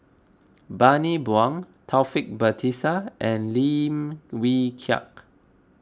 Bani Buang Taufik Batisah and Lim Wee Kiak